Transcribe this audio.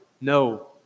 No